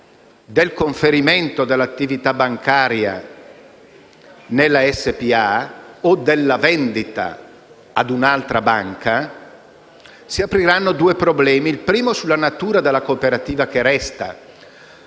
del conferimento dell'attività bancaria nella SpA o della vendita a un'altra banca si apriranno due problemi, il primo dei quali sulla natura della cooperativa che resta.